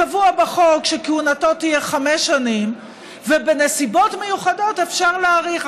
קבוע בחוק שכהונתו תהיה חמש שנים ובנסיבות מיוחדות אפשר להאריך.